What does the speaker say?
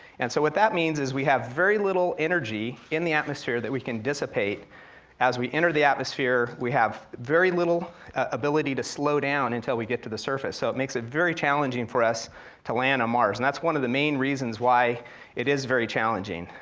and so what that means is we have very little energy in the atmosphere that we can dissipate as we enter the atmosphere, we have very little ability to slow down until we get to the surface, so it makes it very challenging for us to land on mars, and that's one of the main reasons why it is very challenging.